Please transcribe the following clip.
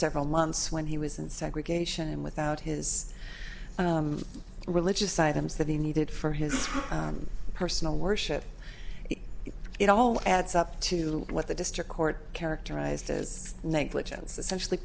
several months and he was in segregation and without his religious items that he needed for his personal worship it all adds up to what the district court characterized as negligence essentially